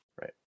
right